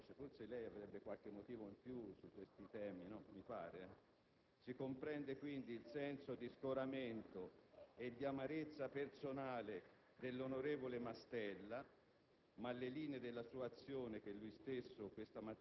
Si comprende, quindi, il senso di scoramento e di amarezza personale dell'onorevole Mastella,